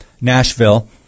Nashville